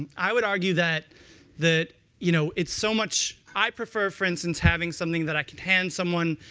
i would argue that that you know it's so much i prefer, for instance, having something that i can hand someone,